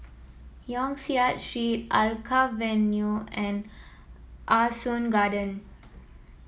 Yong Siak Street Alkaff Avenue and Ah Soo Garden